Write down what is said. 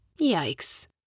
Yikes